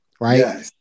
right